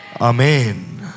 Amen